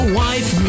wife